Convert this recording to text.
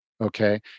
Okay